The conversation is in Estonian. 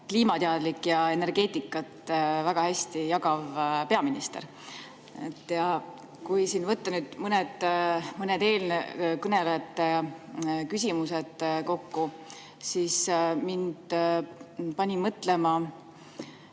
kliimateadlik ja energeetikat väga hästi jagav peaminister. Kui siin võtta mõned eelkõnelejate küsimused kokku, siis mind pani mõtlema,